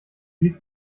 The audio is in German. ließ